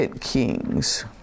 Kings